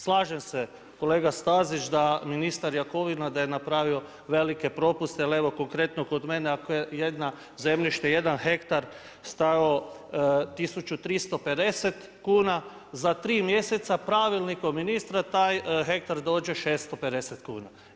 Slažem se kolega Stazić, da ministar Jakovina, da je napravio velike propuste, ali evo konkretno kod mene, ako je jedna zemljište, jedan hektar stajao 1350 kuna za 3 mjeseca pravilnik ministara, taj hektar dođe 650 kuna.